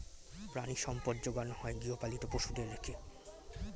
প্রাণিসম্পদ যোগানো হয় গৃহপালিত পশুদের রেখে